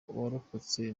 uwarokotse